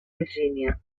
virgínia